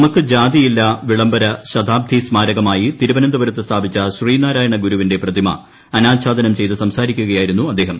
നമുക്ക് ജാതിയില്ല വിളംബര ശതാബ്ദി സ്മാരകമായി തിരുവനന്തപുരത്ത് സ്ഥാപിച്ച ശ്രീനാരായണ ഗുരുവിന്റെ പ്രതിമ അനാച്ഛാദനം ചെയ്ത് സംസാരിക്കുകയായിരുന്നു അദ്ദേഹം